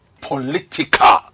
political